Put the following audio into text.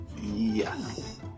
Yes